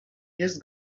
jest